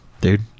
dude